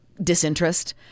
disinterest